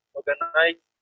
organize